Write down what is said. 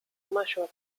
mayor